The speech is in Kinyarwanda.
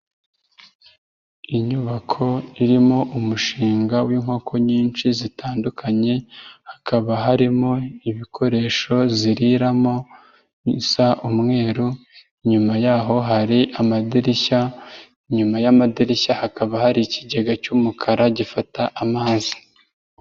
Inyubako irimo umushinga w'inkoko nyinshi zitandukanye hakaba harimo ibikoresho ziriramo bisa umweru, inyuma yaho hari amadirishya, inyuma y'amadirishya hakaba hari ikigega cy'umukara gifata amazi.